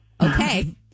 Okay